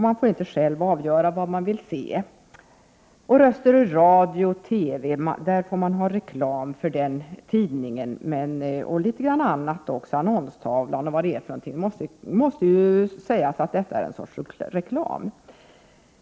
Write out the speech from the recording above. Man får inte själv avgöra vad man skall se. För Röster i Radio-TV däremot får man ha reklam liksom för en del annat också — en annonstavla t.ex. Detta måste ju sägas vara någon sorts reklam.